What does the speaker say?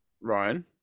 Ryan